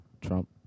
Trump